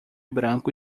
branco